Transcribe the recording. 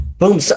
boom